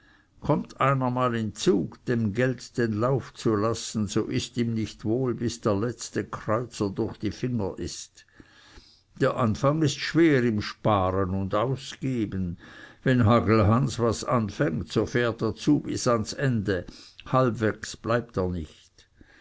kommt einer mal in zug dem geld den lauf zu lassen so ist ihm nicht wohl bis der letzte kreuzer durch die finger ist der anfang ist schwer im sparen und ausgeben wenn hagelhans was anfängt so fährt er zu bis ans ende halbwegs bleibt er nicht